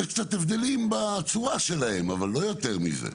יש קצת הבדלים בצורה שלהם, אבל לא יותר מזה.